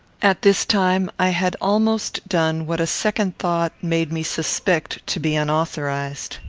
at this time, i had almost done what a second thought made me suspect to be unauthorized.